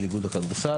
של איגוד הכדורסל,